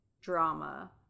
drama